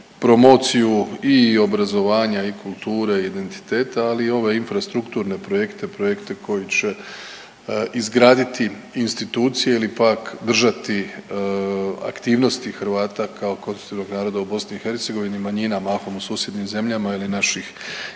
promociju i obrazovanja i kulture i identiteta, ali i ove infrastrukturne projekte, projekte koji će izgraditi institucije ili pak držati aktivnosti Hrvata kao konstitutivnog naroda u BiH i manjinama, mahom u susjednim zemljama ili naših